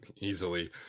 easily